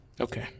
Okay